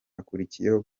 hakurikiyeho